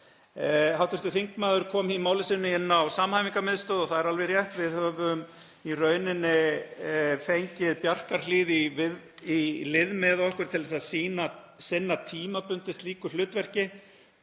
Hv. þingmaður kom í máli sínu inn á samhæfingarmiðstöð og það er alveg rétt að við höfum í rauninni fengið Bjarkarhlíð í lið með okkur til að sinna tímabundið slíku hlutverki.